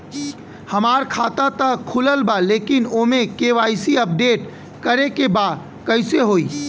हमार खाता ता खुलल बा लेकिन ओमे के.वाइ.सी अपडेट करे के बा कइसे होई?